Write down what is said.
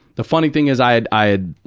the funny thing is, i had, i had